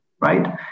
right